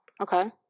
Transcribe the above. Okay